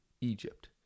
Egypt